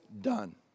done